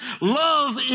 Love